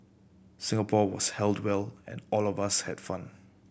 Singapore was held well and all of us had fun